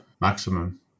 maximum